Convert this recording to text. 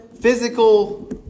physical